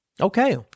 okay